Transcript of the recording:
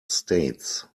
states